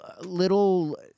little